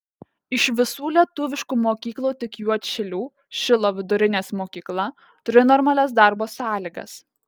iš visų lietuviškų mokyklų tik juodšilių šilo vidurinė mokykla turi normalias darbo sąlygas